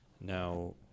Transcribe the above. Now